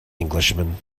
englishman